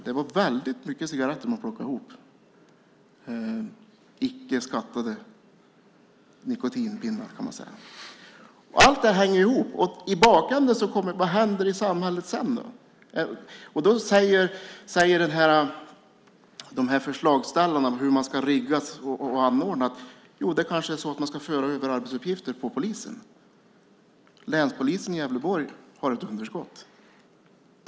Det var väldigt många cigaretter man plockade ihop - icke skattade nikotinpinnar kan man säga. Allt detta hänger ihop. Vad händer sedan i samhället? Förslagsställarna säger att det kanske är så att man ska föra över arbetsuppgifter till polisen. Länspolisen i Gävleborg har ett underskott.